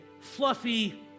fluffy